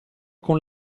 con